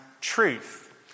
truth